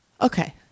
Okay